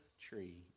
tree